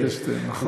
יולי אדלשטיין, נכון.